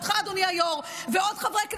ואותך,